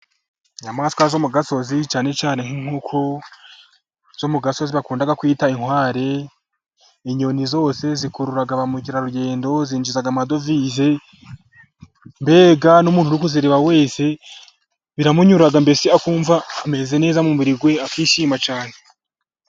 Inyamaswa zo mu gasozi, cyane cyane nk'inkoko zo mu gasozi bakunda kwitwa inkware, inyoni zose zikurura ba mukerarugendo, zinjiza amadovize, mbega n'umuntu uri kuzireba wese biramunyura, mbese akumva ameze neza mu buriri we, akishima cyane.